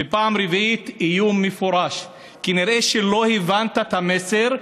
ופעם רביעית איום מפורש: כנראה שלא הבנת את המסר,